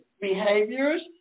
behaviors